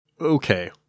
Okay